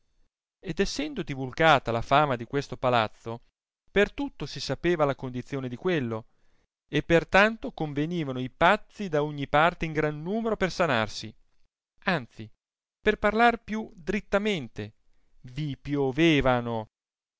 ed essendo divulgata la fama di questo palazzo per tutto si sapeva la condizione di quello e per tanto convenivano i pazzi da ogni parte in gran numero per sanarsi anzi per parlar più drittamente vi piovevano